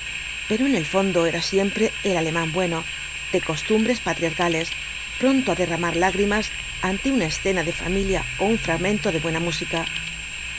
pero en el fondo era siempre el alemán bueno de costumbres patriarcales pronto á derramar lágrimas ante una escena de familia ó un fragmento de buena música